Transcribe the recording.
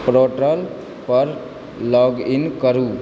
portal पर log in करू